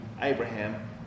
Abraham